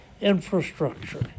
infrastructure